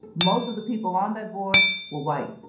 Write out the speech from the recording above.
most of the people on that board were white.